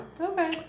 Okay